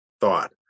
thought